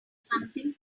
something